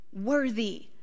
worthy